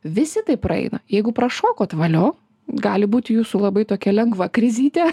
visi tai praeina jeigu prašokot valio gali būti jūsų labai tokia lengva krizytė